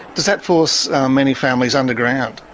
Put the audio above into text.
does that force many families underground?